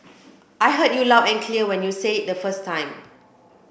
I heard you loud and clear when you said it the first time